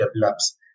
develops